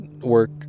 work